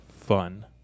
fun